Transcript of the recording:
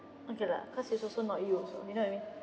okay lah cause it's also not you also you know what I mean